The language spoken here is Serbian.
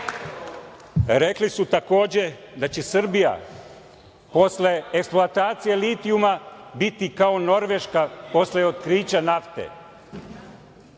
redu. Rekli su takođe da će Srbije posle eksploatacije litijuma biti kao Norveška posle otkrića nafte,